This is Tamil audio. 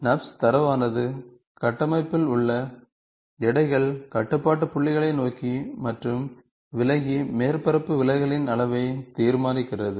நர்ப்ஸ் தரவானது கட்டமைப்பில் உள்ள எடைகள் கட்டுப்பாட்டு புள்ளிகளை நோக்கி மற்றும் விலகி மேற்பரப்பு விலகலின் அளவை தீர்மானிக்கிறது